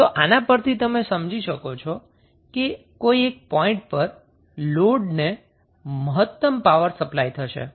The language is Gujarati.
તોઆના પરથી તમે સમજી શકો છો કે કોઈ એક પોઈન્ટ પર લોડને મહત્તમ પાવર સપ્લાય થશે